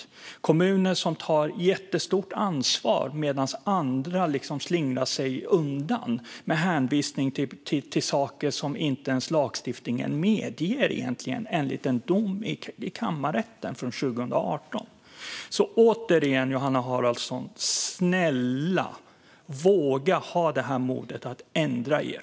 Vissa kommuner tar ett jättestort ansvar, medan andra slingrar sig undan med hänvisning till saker som lagstiftningen egentligen inte medger, enligt en dom i kammarrätten från 2018. Återigen, Johanna Haraldsson: Snälla, våga ha modet att ändra er!